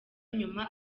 nyuma